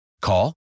Call